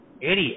idiot